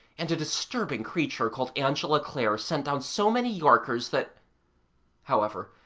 and a disturbing creature called angela clare sent down so many yorkers that however,